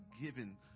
given